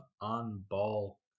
on-ball